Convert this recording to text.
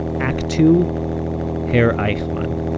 act two herr eichmann.